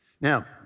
Now